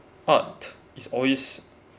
art is always